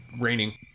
raining